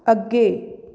ਅੱਗੇ